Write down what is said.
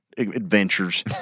adventures